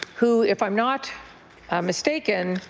who if i'm not mistaken,